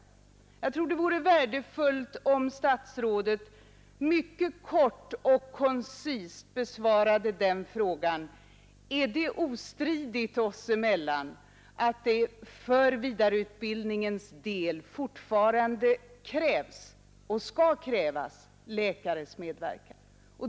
Jag tror att det vore värdefullt om statsrådet mycket kort och koncist besvarade frågan: Är det ostridigt mellan oss att det för vidareutbildningens del fortfarande krävs och skall krävas läkares medverkan?